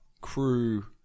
crew